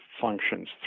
functions